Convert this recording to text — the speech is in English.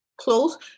close